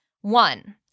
One